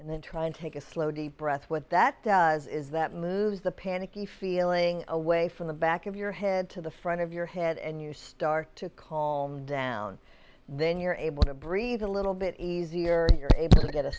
and then try and take a slow deep breath what that does is that moves the panicky feeling away from the back of your head to the front of your head and you start to call down then you're able to breathe a little bit easier you're able to get a